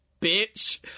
bitch